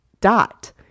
dot